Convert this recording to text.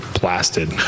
blasted